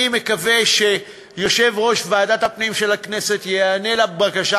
אני מקווה שיושב-ראש ועדת הפנים של הכנסת ייענה לבקשה